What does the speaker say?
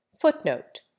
Footnote